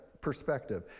perspective